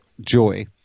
Joy